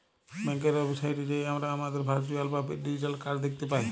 ব্যাংকের ওয়েবসাইটে যাঁয়ে আমরা আমাদের ভারচুয়াল বা ডিজিটাল কাড় দ্যাখতে পায়